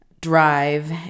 Drive